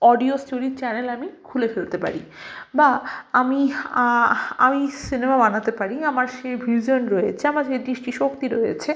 audio স্টোরির channel আমি খুলে ফেলতে পারি বা আমি আমি সিনেমা বানাতে পারি আমার সে ভিশান রয়েছে আমার যেটি শক্তি রয়েছে